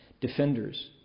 defenders